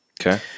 Okay